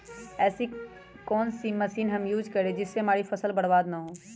ऐसी कौन सी मशीन हम यूज करें जिससे हमारी फसल बर्बाद ना हो?